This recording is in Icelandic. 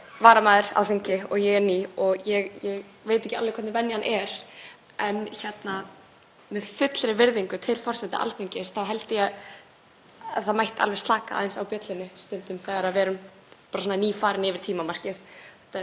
það mætti alveg slaka aðeins á bjöllunni stundum þegar við erum bara nýfarin yfir tímamörkin. Þetta getur orðið svolítið vont í eyrun. En eins og ég sagði er ég bara varamaður og ég veit ekki alveg hvernig venjan er, hvort forseti á að slá í bjöllu strax